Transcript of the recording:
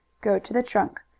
go to the trunk.